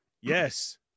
Yes